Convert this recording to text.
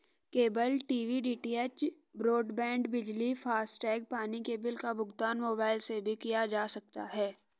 cable TV DTH, broadband, बिजली, FASTag, पानी के बिल का भुगतान मोबाइल से भी किया जा सकता है